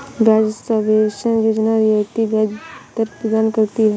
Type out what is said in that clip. ब्याज सबवेंशन योजना रियायती ब्याज दर प्रदान करती है